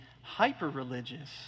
hyper-religious